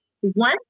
one